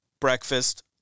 breakfast